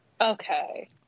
Okay